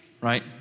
Right